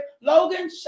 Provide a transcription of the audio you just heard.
Logan